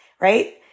Right